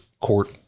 court